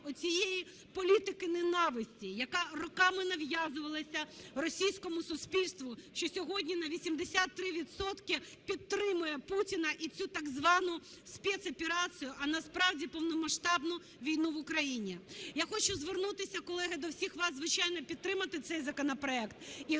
оцієї політики ненависті, яка роками нав'язувалася російському суспільству, що сьогодні на 83 відсотки підтримує Путіна і цю так звану спецоперацію, а насправді повномасштабну війну в Україні. Я хочу звернутися, колеги, до всіх вас, звичайно, підтримати цей законопроект і